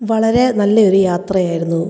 വളരെ നല്ല ഒരു യാത്രയായിരുന്നു